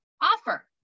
offer